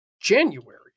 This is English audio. January